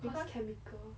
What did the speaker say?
because chemical